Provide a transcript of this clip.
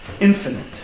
Infinite